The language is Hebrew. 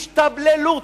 השתבללות?